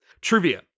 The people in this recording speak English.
Trivia